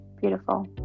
beautiful